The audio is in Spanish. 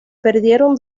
perdieron